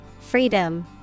Freedom